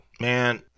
man